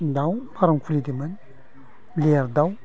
दाउ फार्म खुलिदोंमोन लियार दाउ